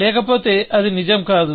లేకపోతే అది నిజం కాదు